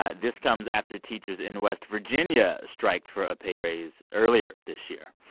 ah this comes after teachers in west virginia striked for a pay raise earlier this year.